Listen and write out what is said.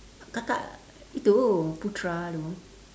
kakak itu putra itu